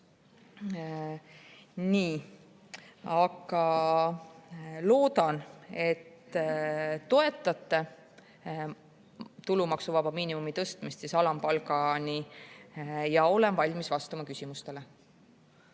Ma loodan, et te toetate tulumaksuvaba miinimumi tõstmist alampalgani. Ja olen valmis vastama küsimustele.